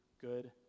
good